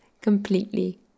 Completely